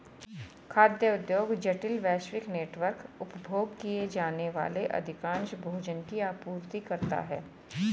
खाद्य उद्योग जटिल, वैश्विक नेटवर्क, उपभोग किए जाने वाले अधिकांश भोजन की आपूर्ति करता है